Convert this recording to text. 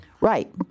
Right